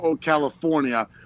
California